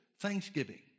thanksgiving